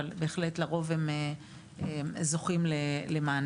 אבל הם בהחלט לרוב זוכים למענה.